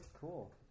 Cool